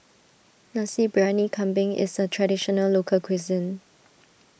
Nasi Briyani Kambing is a Traditional Local Cuisine